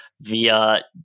via